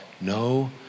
no